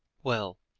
well!